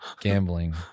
gambling